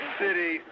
city